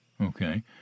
Okay